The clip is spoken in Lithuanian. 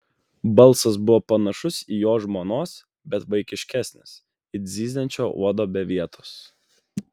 balsas buvo panašus į jo žmonos bet vaikiškesnis it zyziančio uodo be vietos